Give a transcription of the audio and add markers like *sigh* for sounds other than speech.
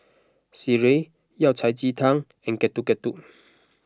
Sireh Yao Cai Ji Tang and Getuk Getuk *noise*